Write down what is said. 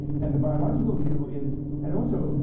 and the biological view is and also,